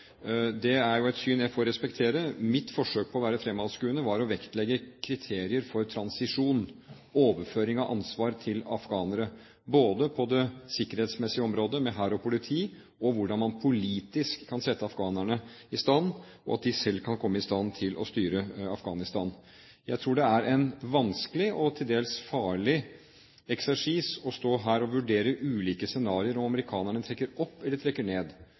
Det er jo et syn jeg får respektere. Mitt forsøk på å være fremadskuende var å vektlegge kriterier for transisjon, overføring av ansvar til afghanere, både på det sikkerhetsmessige området med hær og politi og når det gjelder hvordan man politisk kan sette afghanerne i stand – at de selv kan bli i stand til å styre Afghanistan. Jeg tror det er en vanskelig og til dels farlig eksersis å stå her og vurdere ulike scenarioer, om amerikanerne trekker opp eller trekker ned.